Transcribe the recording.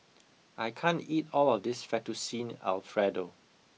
I can't eat all of this Fettuccine Alfredo